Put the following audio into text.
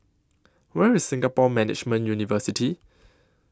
Where IS Singapore Management University